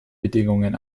bedingungen